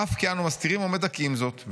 אף כי אנו מסתירים או מדכאים זאת'.